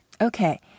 Okay